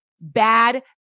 bad